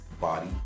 body